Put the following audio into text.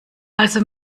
also